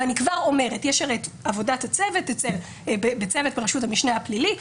אני כבר אומרת: יש את עבודת הצוות בראשות המשנה הפלילי,